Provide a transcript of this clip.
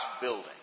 building